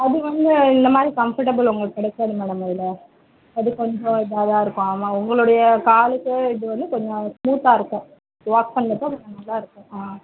அது வந்து இந்த மாதிரி கம்ஃபர்ட்டபில் உங்களுக்கு கிடைக்காது மேடம் அதில் அது கொஞ்சம் இதாக தான் இருக்கும் ஆமாம் உங்களுடைய காலுக்கே இது வந்து கொஞ்சம் ஸ்மூத்தாக இருக்கும் வாக் பண்ணுறப்ப நல்லா இருக்கும் ஆ